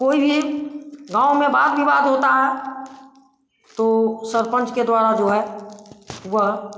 कोई भी गाँव में वाद विवाद होता है तो सरपंच के द्वारा जो है वह